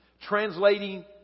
translating